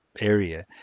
area